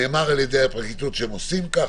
נאמר על ידי הפרקליטות שהם עושים כך,